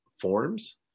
forms